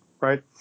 right